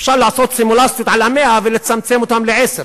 אפשר לעשות סימולציות על 100 התרופות ולצמצם אותן לעשר,